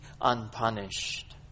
unpunished